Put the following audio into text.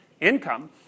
income